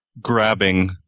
grabbing